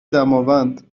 دماوند